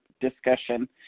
discussion